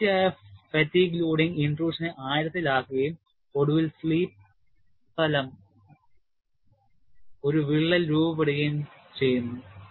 തുടർച്ചയായ fatigue loading ഇന്റട്രൂഷനെ ആഴത്തിലാക്കുകയും ഒടുവിൽ സ്ലിപ്പ് തലം ഒരു വിള്ളൽ രൂപപ്പെടുകയും ചെയ്യുന്നു